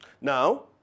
Now